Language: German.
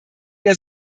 der